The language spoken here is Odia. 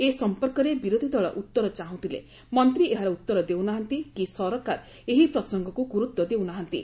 ଏ ସମ୍ପର୍କରେ ବିରୋଧୀ ଦଳ ଉତ୍ତର ଚାହୁଁଥିଲେ ମନ୍ତୀ ଏହାର ଉତ୍ତର ଦେଉନାହାନ୍ତି କି ସରକାର ଏହି ପ୍ରସଙ୍ଙକୁ ଗୁରୁତ୍ୱ ଦେଉନାହାନ୍ତି